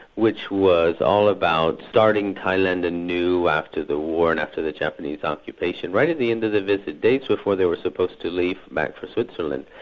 which was all about starting thailand and anew after the war and after the japanese occupation, right at the end of the visit, days before they were supposed to leave back for switzerland,